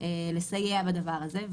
לסייע בדבר הזה.